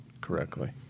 correctly